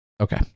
Okay